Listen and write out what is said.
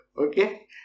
okay